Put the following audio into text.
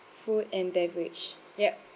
food and beverage yup